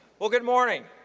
well, good morning.